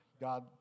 God